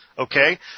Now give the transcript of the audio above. Okay